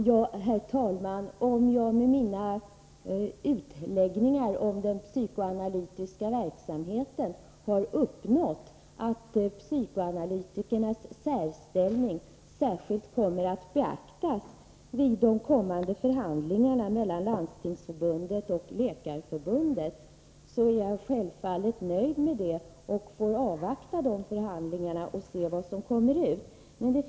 Herr talman! Om jag med mina utläggningar om den psykoanalytiska verksamheten har uppnått att psykoanalytikernas särställning särskilt beaktas vid de kommande förhandlingarna mellan Landstingsförbundet och Läkarförbundet, är jag självfallet nöjd med det och får avvakta förhandlingarna och se vad som kommer ut av dem.